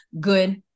good